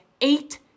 eight